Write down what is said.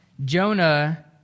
Jonah